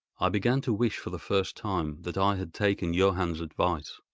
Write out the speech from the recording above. i began to wish, for the first time, that i had taken johann's advice.